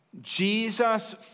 Jesus